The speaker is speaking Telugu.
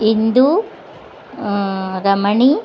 ఇందు రమణి